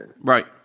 Right